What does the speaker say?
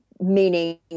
meaning